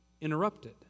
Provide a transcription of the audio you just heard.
interrupted